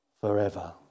forever